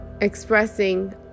expressing